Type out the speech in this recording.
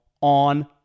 on